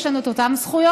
יש לנו את אותן זכויות,